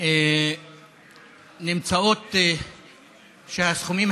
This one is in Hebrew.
אנחנו נצביע על סעיפים 1 5. אין שם הסתייגויות,